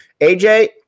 AJ